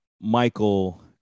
Michael